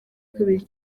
kabiri